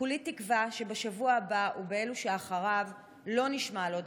כולי תקווה שבשבוע הבא ובאלו שאחריו לא נשמע על עוד